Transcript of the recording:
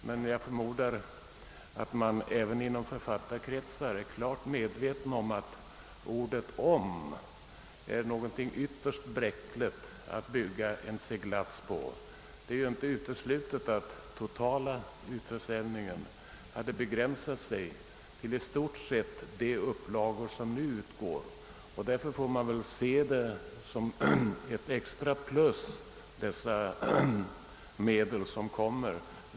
Men jag förmodar att man även inom författarkretsar är helt på det klara med att ordet »om» utgör ett ytterst bräckligt underlag för en sådan här seglats. Det är ju inte uteslutet att den totala försäljningen hade begränsat sig till i stort sett de upplagor som nu utgår, och därför får man väl se de medel som kommer via boklånen som ett plus.